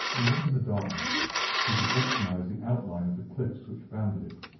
even in the darkness he could recognize the outline of the cliffs which bounded it.